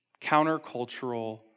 countercultural